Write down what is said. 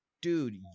dude